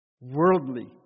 worldly